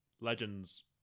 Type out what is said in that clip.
legends